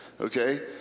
okay